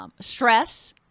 Stress